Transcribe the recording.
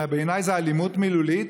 בעיניי זאת אלימות מילולית,